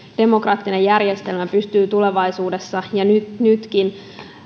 demokraattinen järjestelmämme pystyy tulevaisuudessa ja nytkin